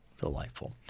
delightful